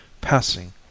passing